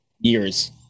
years